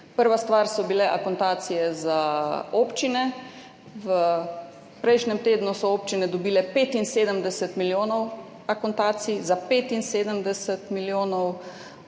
Prva stvar so bile akontacije za občine. V prejšnjem tednu so občine dobile za 75 milijonov akontacij. Absolutno